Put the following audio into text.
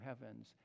heavens